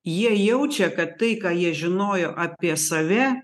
jie jaučia kad tai ką jie žinojo apie save